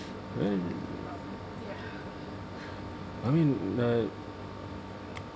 well I mean like